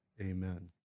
amen